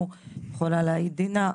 יכולה להעיד על כך דינה,